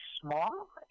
small